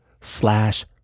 slash